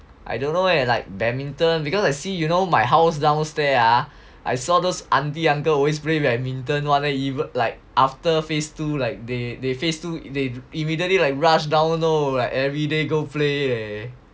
I don't know leh like badminton because I see you know my house downstairs ah I saw those auntie uncle always play badminton [one] like after phase two like they they phase two they immediately like rush down now like everyday go play leh